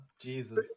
jesus